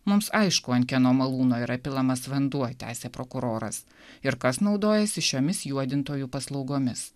mums aišku ant kieno malūno yra pilamas vanduo tęsė prokuroras ir kas naudojasi šiomis juodintojų paslaugomis